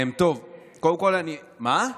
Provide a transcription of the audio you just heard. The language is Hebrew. טוב, קודם כול אני, מה?